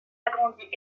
agrandit